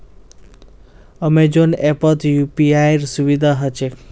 Amazon ऐपत यूपीआईर सुविधा ह छेक